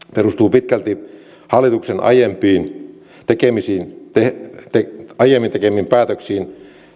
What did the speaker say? pitkälti hallituksen aiemmin tekemiin päätöksiin